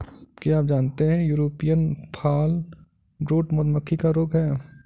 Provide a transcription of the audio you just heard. क्या आप जानते है यूरोपियन फॉलब्रूड मधुमक्खी का रोग है?